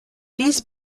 these